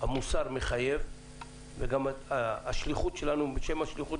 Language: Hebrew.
המוסר מחייב ובשם השליחות,